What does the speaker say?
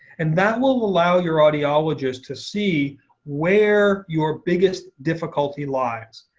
and that will allow your audiologist to see where your biggest difficulty lies.